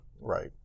Right